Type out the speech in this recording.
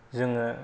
जोङो